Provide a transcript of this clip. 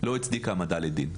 לא הצדיק העמדה לדין,